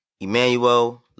Emmanuel